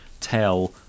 tell